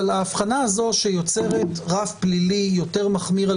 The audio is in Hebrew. אבל הבחנה הזו שיוצרת רף פלילי יותר מחמיר על